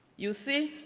you see,